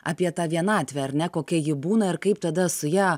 apie tą vienatvę ar ne kokia ji būna ir kaip tada su ja